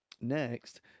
next